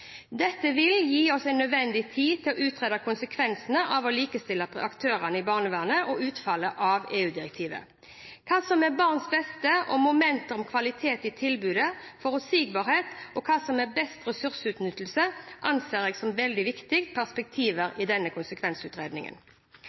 Dette vil gi oss nødvendig tid til å utrede konsekvensene av å likestille aktørene i barnevernet og utfallet av EU-direktivet. Hva som er barns beste og momenter som kvalitet i tilbudet, forutsigbarhet og hva som er best ressursutnyttelse, anser jeg som veldig viktige perspektiver i denne konsekvensutredningen.